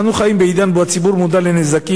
אנו חיים בעידן שבו הציבור מודע לנזקים